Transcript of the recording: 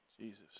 Jesus